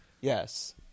Yes